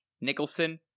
Nicholson